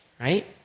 right